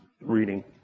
reading